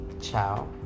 Ciao